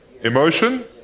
Emotion